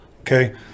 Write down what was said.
okay